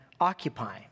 occupy